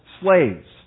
slaves